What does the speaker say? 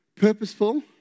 purposeful